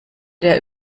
der